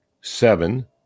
seven